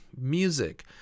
music